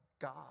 God